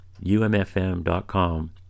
umfm.com